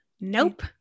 Nope